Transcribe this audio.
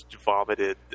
vomited